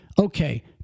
okay